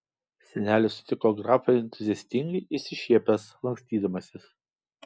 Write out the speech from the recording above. senelis sutiko grafą entuziastingai išsišiepęs lankstydamasis